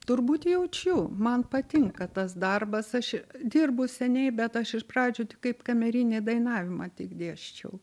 turbūt jaučiu man patinka tas darbas aš dirbu seniai bet aš iš pradžių tik kaip kamerinį dainavimą tik dėsčiau